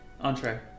entree